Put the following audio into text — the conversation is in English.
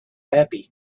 happy